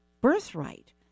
birthright